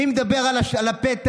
מי מדבר על הפטל?